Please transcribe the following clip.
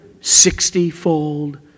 sixtyfold